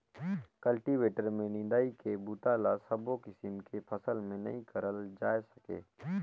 cultivator में निंदई के बूता ल सबो किसम के फसल में नइ करल जाए सके